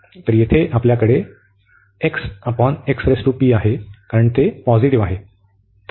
तर येथे आपल्याकडे आहे कारण ते पॉझिटिव्ह आहे